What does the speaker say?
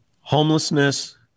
homelessness